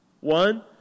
One